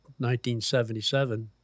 1977